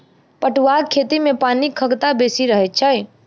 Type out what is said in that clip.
पटुआक खेती मे पानिक खगता बेसी रहैत छै